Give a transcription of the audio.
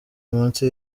munsi